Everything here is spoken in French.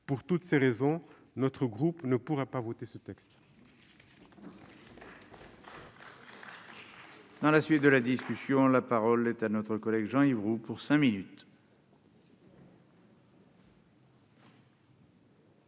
Pour toutes ces raisons, notre groupe ne pourra pas voter ce texte.